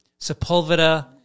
Sepulveda